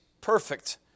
perfect